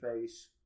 face